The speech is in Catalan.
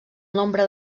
nombre